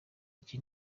iki